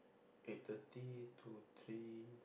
eight thirty to three